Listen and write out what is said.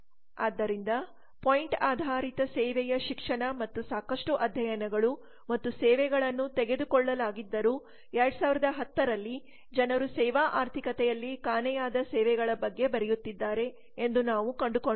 ಆದ್ದರಿಂದ ಪಾಯಿಂಟ್ ಆಧಾರಿತ ಸೇವೆಯ ಶಿಕ್ಷಣ ಮತ್ತು ಸಾಕಷ್ಟು ಅಧ್ಯಯನಗಳು ಮತ್ತು ಸೇವೆಗಳನ್ನು ತೆಗೆದುಕೊಳ್ಳಲಾಗಿದ್ದರೂ 2010 ರಲ್ಲಿ ಜನರು ಸೇವಾ ಆರ್ಥಿಕತೆಯಲ್ಲಿ ಕಾಣೆಯಾದ ಸೇವೆಗಳ ಬಗ್ಗೆ ಬರೆಯುತ್ತಿದ್ದಾರೆ ಎಂದು ನಾವು ಕಂಡುಕೊಂಡಿದ್ದೇವೆ